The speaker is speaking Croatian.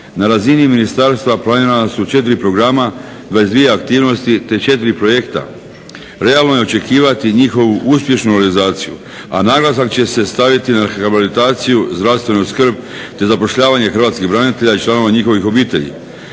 Na razini ministarstva planirana su 4 programa, 22 aktivnosti te 4 projekta. Realno je očekivati njihovu uspješnu realizaciju, a naglasak će se staviti na …/Ne razumije se./… zdravstvenu skrb te zapošljavanje hrvatskih branitelja i članova njihovih obitelji.